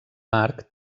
marc